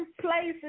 places